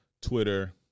Twitter